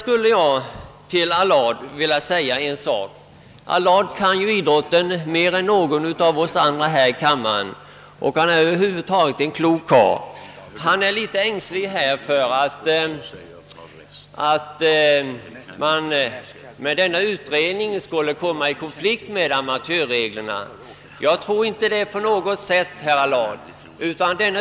Herr Allard känner bättre till idrotten än någon av oss andra här i kammaren och är över huvud taget en klok karl. Herr Allard är emellertid litet ängslig för att resultatet av en utredning skulle komma i konflikt med amatörreglerna. Jag tror inte alls det.